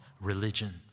religion